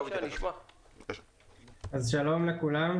שלום לכולם,